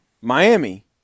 Miami